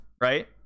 right